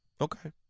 Okay